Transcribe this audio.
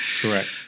Correct